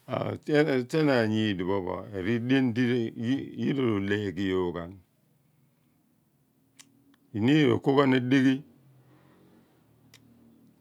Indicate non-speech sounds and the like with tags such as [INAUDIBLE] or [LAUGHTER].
[UNINTELLIGIBLE] sien anyi dipho pho aridian di yira roleeghi yoogh an iniin roko ghan ni dighi